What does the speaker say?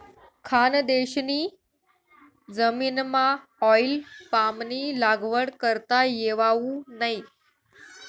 खानदेशनी जमीनमाऑईल पामनी लागवड करता येवावू नै